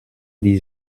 dix